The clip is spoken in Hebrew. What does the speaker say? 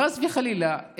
חס וחלילה,